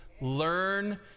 learn